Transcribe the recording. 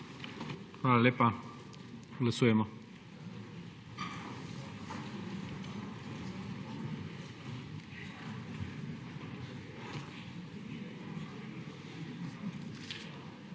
Hvala lepa. Glasujemo.